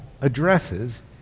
addresses